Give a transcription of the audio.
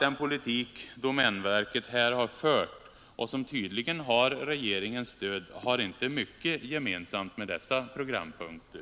Den politik som domänverket här fört och som tydligen har regeringens stöd, har inte mycket gemensamt med dessa programpunkter.